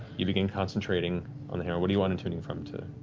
you begin concentrating on the hammer. what are you unattuning from to